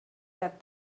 that